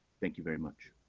thank you very much.